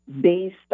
based